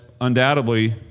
undoubtedly